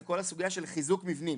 זה כל הסוגייה של חיזוק מבנים